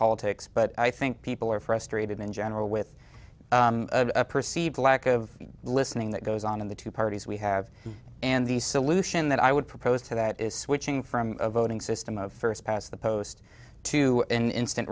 politics but i think people are frustrated in general with a perceived lack of listening that goes on in the two parties we have and the solution that i would propose to that is switching from a voting system of first past the post to an instant